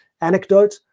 anecdote